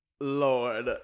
Lord